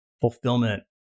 fulfillment